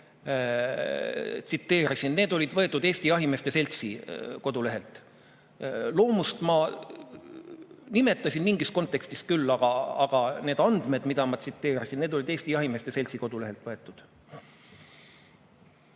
tsiteerisin, siis need olid võetud Eesti Jahimeeste Seltsi kodulehelt. Loomust ma nimetasin mingis kontekstis küll, aga need andmed, mida ma tsiteerisin, olid Eesti Jahimeeste Seltsi kodulehelt võetud.